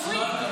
להוריד?